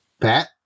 Pat